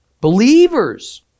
Believers